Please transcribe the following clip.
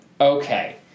Okay